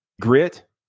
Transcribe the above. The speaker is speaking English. grit